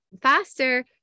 faster